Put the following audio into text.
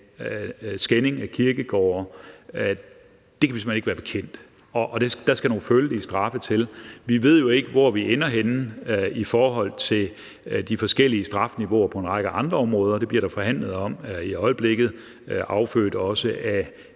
skænding af kirkegårde kan vi simpelt hen ikke være bekendt, og der skal nogle følelige straffe til. Vi ved jo ikke, hvor vi ender henne med de forskellige strafniveauer på en række andre områder. Det bliver der forhandlet om i øjeblikket, også